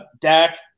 Dak